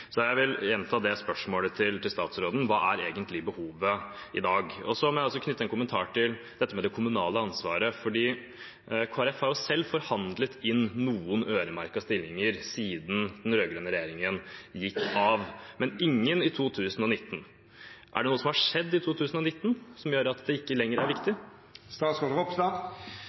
Så jeg vil gjenta spørsmålet til statsråden: Hva er egentlig behovet i dag? Så må jeg også knytte en kommentar til dette med det kommunale ansvaret, for Kristelig Folkeparti har jo selv forhandlet inn noen øremerkede stillinger siden den rød-grønne regjeringen gikk av, men ingen i 2019. Er det noe som har skjedd i 2019 som gjør at det ikke lenger er viktig?